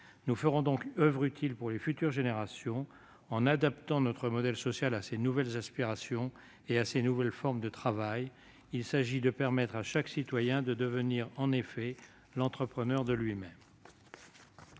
Nous ferons donc oeuvre utile pour les futures générations en adaptant notre modèle social à ces nouvelles aspirations et à ces nouvelles formes de travail. Il s'agit en effet de permettre à chaque citoyen de devenir l'entrepreneur de lui-même.